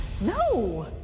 No